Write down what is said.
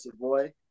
boy